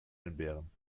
entbehren